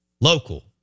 Local